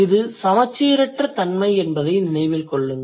இது சமச்சீரற்ற தன்மை என்பதை நினைவில் கொள்ளுங்கள்